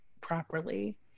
properly